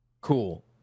cool